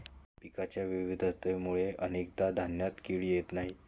पिकांच्या विविधतेमुळे अनेकदा धान्यात किडे येत नाहीत